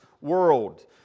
world